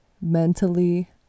mentally